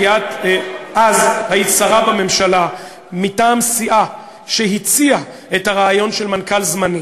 כי אז את היית שרה בממשלה מטעם סיעה שהציעה את הרעיון של מנכ"ל זמני,